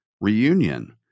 Reunion